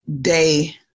day